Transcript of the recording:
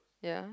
yeah